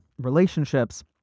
relationships